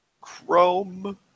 Chrome